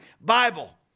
Bible